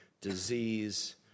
disease